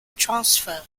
transfer